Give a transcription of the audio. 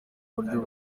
buryo